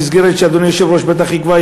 במסגרת שאדוני היושב-ראש בטח יקבע,